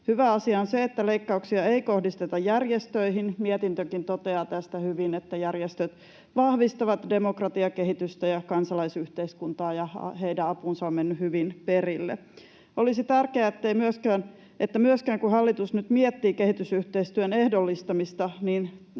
Hyvä asia on se, että leikkauksia ei kohdisteta järjestöihin. Mietintökin toteaa tästä hyvin, että järjestöt vahvistavat demokratiakehitystä ja kansalaisyhteiskuntaa ja niiden apu on mennyt hyvin perille. Olisi tärkeää, että kun hallitus nyt miettii kehitysyhteistyön ehdollistamista,